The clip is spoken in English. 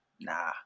nah